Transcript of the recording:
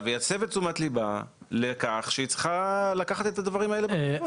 ויסב את תשומת ליבה לכך שהיא צריכה לקחת את הדברים האלה ברצינות.